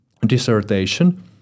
dissertation